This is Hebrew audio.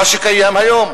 מה שקיים היום.